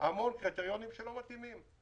המון קריטריונים שלא מתאימים.